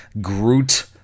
Groot